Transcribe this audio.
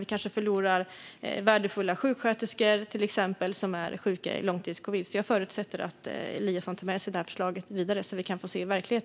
Vi kanske förlorar värdefulla sjuksköterskor som till exempel är långtidssjuka i covid. Jag förutsätter att Eliasson tar med sig förslaget vidare så att det kan bli verklighet.